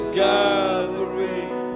gathering